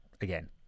again